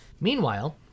Meanwhile